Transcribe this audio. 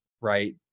right